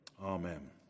Amen